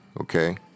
okay